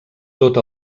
tot